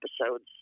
episodes